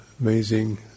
amazing